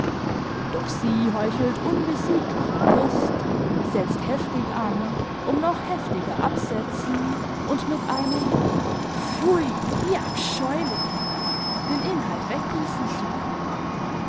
doch sie heuchelt unbesieglichen durst setzt heftig an um noch heftiger absetzen und mit einem pfui wie abscheulich den inhalt weggießen zu können